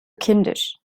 kindisch